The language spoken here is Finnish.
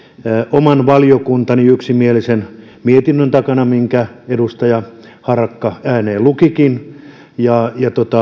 oman valiokuntani yksimielisen mietinnön takana minkä edustaja harakka ääneen lukikin ja